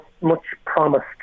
much-promised